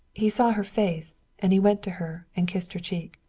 he saw her face, and he went to her and kissed her cheek.